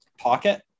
pocket